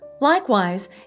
Likewise